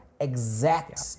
exact